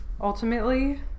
ultimately